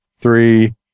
three